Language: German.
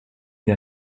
der